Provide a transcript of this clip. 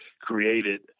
created